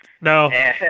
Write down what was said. No